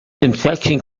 infection